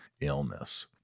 illness